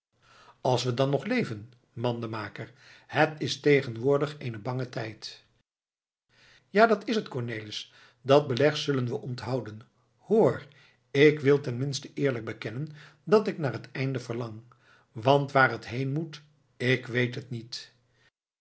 als we dan nog leven mandenmaker het is tegenwoordig een bange tijd ja dat is het cornelis dat beleg zullen we onthouden hoor ik wil ten minste eerlijk bekennen dat ik naar het einde verlang want waar het heen moet ik weet het niet